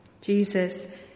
Jesus